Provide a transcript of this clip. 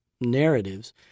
narratives